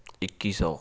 ਇੱਕੀ ਸੌ